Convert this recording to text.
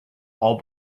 all